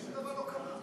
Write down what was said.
שום דבר לא קרה.